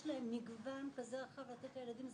יש להם מגוון כזה רחב לתת לילדים.